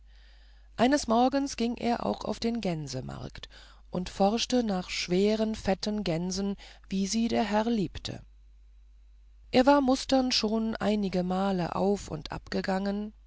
eines morgens ging er auch auf den gänsemarkt und forschte nach schweren fetten gänsen wie sie der herr liebte er war musternd schon einigemal auf und ab